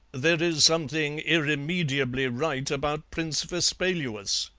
there is something irremediably right about prince vespaluus